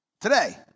Today